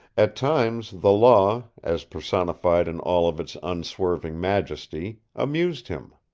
at times the law, as personified in all of its unswerving majesty, amused him.